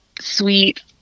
sweet